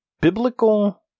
biblical